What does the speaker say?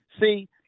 See